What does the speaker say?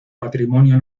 patrimonio